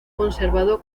conservado